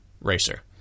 racer